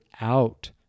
out